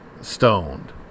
Stoned